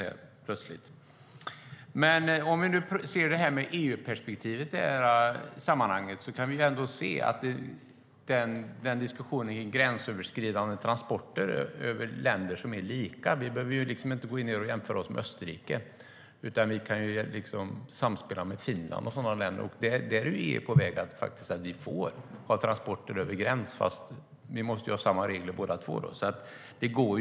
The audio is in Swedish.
Om vi nu ser EU-perspektivet i det här sammanhanget: Vi kan se att diskussionen om gränsöverskridande transporter mellan länder är lika. Vi behöver inte jämföra oss med Österrike, utan vi kan samspela med Finland och andra länder. Där är det faktiskt på väg att vi får ha transporter över gränsen. Vi måste ha samma regler båda, men det går åt det hållet.